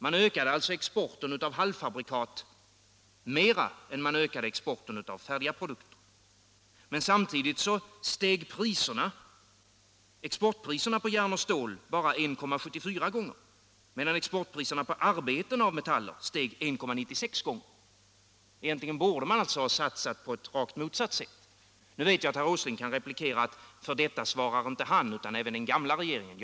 Man ökade alltså exporten av halvfabrikat mera än man ökade exporten av färdigprodukter. Men samtidigt steg exportpriserna på järn och stål bara 1,74 gånger, medan exportpriserna på arbeten av metaller steg 1,96 gånger. Egentligen borde man alltså ha satsat på ett rakt motsatt sätt. Nu vet jag att herr Åsling kan replikera att för detta svarar inte han utan även den gamla regeringen.